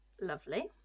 Lovely